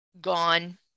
gone